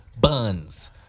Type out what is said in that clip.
buns